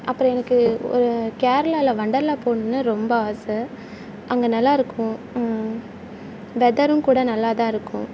அப்புறம் எனக்கு ஒரு கேரளாவில் வொண்டர்லா போகணுன்னு ரொம்ப ஆசை அங்கே நல்லாயிருக்கும் வெதரும் கூட நல்லா தான் இருக்கும்